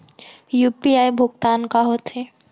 UPI भुगतान का होथे?